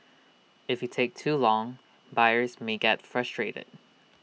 if you take too long buyers may get frustrated